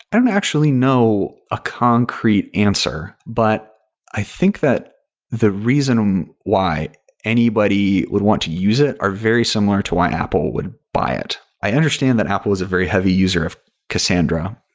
i don't actually know a concrete answer, but i think that the reason why anybody would want to use it are very similar to why apple would buy it. i understand that apple is a very heavy user of cassandra,